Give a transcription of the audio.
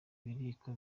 biriko